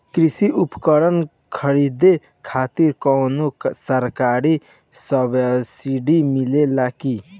कृषी उपकरण खरीदे खातिर कउनो सरकारी सब्सीडी मिलेला की?